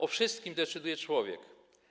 O wszystkim decyduje człowiek.